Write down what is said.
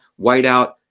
whiteout